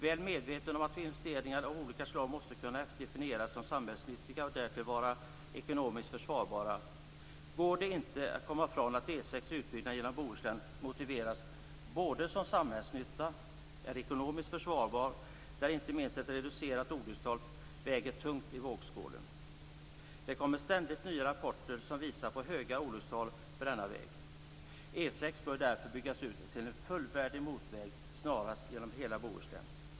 Väl medveten om att investeringar av olika slag måste kunna definieras som samhällsnyttiga och därtill vara ekonomiskt försvarbara, går det inte komma från att en utbyggnad av E 6 genom Bohuslän kan motiveras. Den är både samhällsnyttig och ekonomiskt försvarbar. Inte minst väger ett reducerat olyckstal tungt i vågskålen. Det kommer ständigt nya rapporter som visar på höga olyckstal för denna väg. E 6 bör därför snarast byggas ut till en fullvärdig motorväg genom hela Bohuslän.